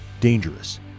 dangerous